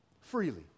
Freely